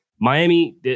Miami